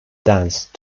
danced